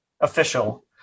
official